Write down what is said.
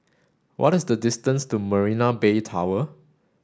what is the distance to Marina Bay Tower